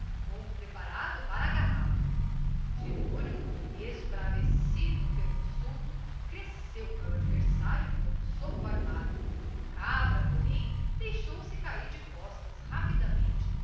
como preparado para agarrá-lo jerônimo esbravecido pelo insulto cresceu para o adversário com um soco armado o cabra porém deixou-se cair de costas rapidamente